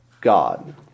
God